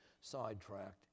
sidetracked